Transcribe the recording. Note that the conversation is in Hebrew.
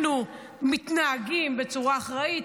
אנחנו מתנהגים בצורה אחראית,